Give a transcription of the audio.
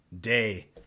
day